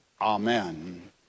Amen